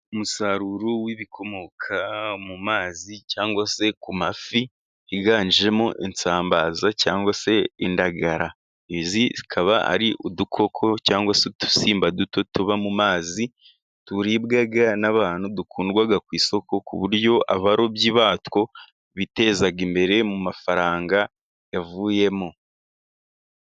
Umusaruro w'ibikomoka mu mazi cyangwa se ku mafi, higanjemo isambaza cyangwa se indagara. Izi zikaba ari udukoko cyangwa se udusimba duto tuba mu mazi turibwa n'abantu, dukundwa ku isoko, ku buryo abarobyi batwo biteza imbere mu mafaranga yavuyemo.